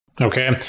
Okay